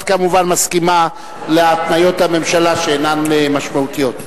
את כמובן מסכימה להתניות הממשלה, שאינן משמעותיות.